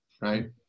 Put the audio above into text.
right